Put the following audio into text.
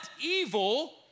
evil